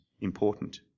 important